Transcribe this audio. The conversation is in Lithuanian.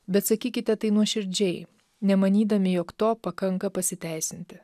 bet sakykite tai nuoširdžiai nemanydami jog to pakanka pasiteisinti